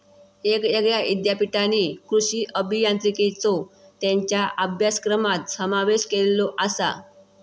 येगयेगळ्या ईद्यापीठांनी कृषी अभियांत्रिकेचो त्येंच्या अभ्यासक्रमात समावेश केलेलो आसा